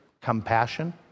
compassion